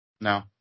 No